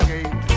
Gate